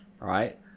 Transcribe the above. right